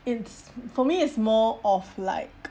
it's for me it's more of like